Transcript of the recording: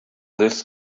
this